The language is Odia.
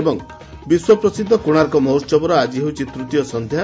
ଏବଂ ବିଶ୍ୱପ୍ରସିଦ୍ଧ କୋଶାର୍କ ମହୋହବର ଆଜି ହେଉଛି ତୂତୀୟ ସଂନ୍ଧ୍ୟା